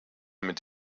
mit